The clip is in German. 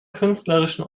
künstlerischen